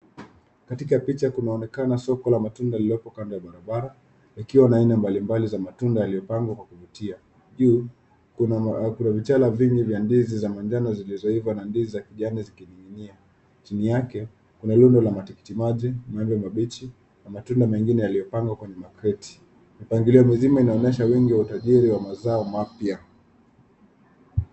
Katika picha kunaonekana soko la matunda lililopo kando ya barabara, likiwa na aina mbalimbali za matunda yaliyopangwa kwa kuvutia. Juu, kuna vichala vingi vya ndizi za manjano zilizohiva na ndizi za kijani zikining'inia. Chini yake, kuna rundo la matikiti maji, maembe mabichi, na matunda mengine yaliyopangwa kwenye makreti. Mpangilio mzima unaonyesha wingi na utajiri wa mazao mapya.